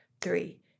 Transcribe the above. three